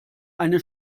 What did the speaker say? eine